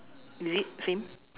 is it same